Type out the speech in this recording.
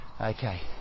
Okay